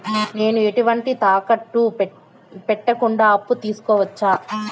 నేను ఎటువంటి తాకట్టు పెట్టకుండా అప్పు తీసుకోవచ్చా?